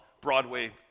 Broadway